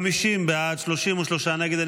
50 בעד, 33 נגד.